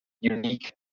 unique